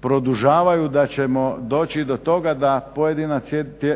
produžavaju, da ćemo doći do toga da pojedina